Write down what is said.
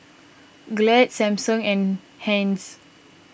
Glad Samsung and Heinz